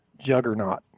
juggernaut